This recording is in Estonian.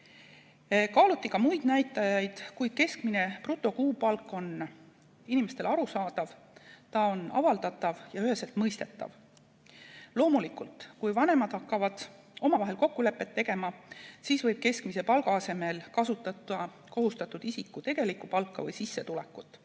Kaaluti ka muid näitajaid, kuid keskmine brutokuupalk on inimestele arusaadav, ta on avaldatav ja üheselt mõistetav. Loomulikult, kui vanemad hakkavad omavahel kokkulepet tegema, siis võib keskmise palga asemel kasutada kohustatud isiku tegelikku palka või sissetulekut.